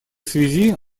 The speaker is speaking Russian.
связи